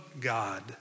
God